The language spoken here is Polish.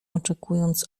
oczekując